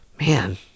Man